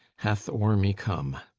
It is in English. hath o'er me come.